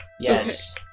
Yes